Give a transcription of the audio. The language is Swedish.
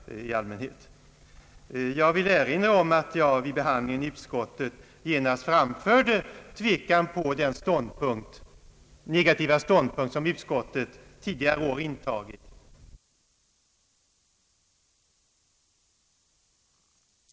Jag vill erinra om att jag vid behandlingen i utskottet ställde mig tveksam till den negativa ståndpunkt som utskottet tidigare år intagit, men det gick inte att få någon ändring. Då tyckte jag det var lämpligt att på detta sätt bereda mig tillfälle att anmäla en avvikande mening i fråga om motiveringen.